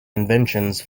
inventions